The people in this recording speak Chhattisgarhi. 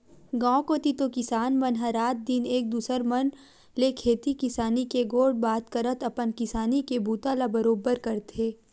गाँव कोती तो किसान मन ह रात दिन एक दूसर मन ले खेती किसानी के गोठ बात करत अपन किसानी के बूता ला बरोबर करथे